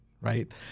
right